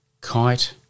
Kite